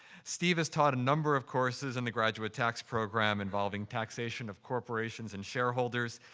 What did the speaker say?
steve has taught a number of courses in the graduate tax program involving taxation of corporations and shareholders.